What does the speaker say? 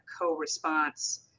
co-response